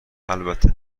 البته